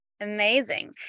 Amazing